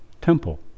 Temple